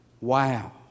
Wow